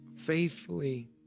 faithfully